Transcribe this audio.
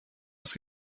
است